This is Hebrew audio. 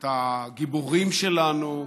את הגיבורים שלנו,